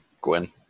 Gwen